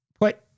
put